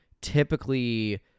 typically